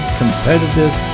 competitive